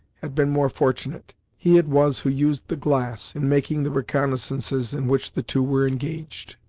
had been more fortunate. he it was who used the glass, in making the reconnoissances in which the two were engaged.